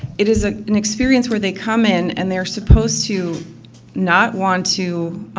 it is ah an experience where they come in and they're supposed to not want to,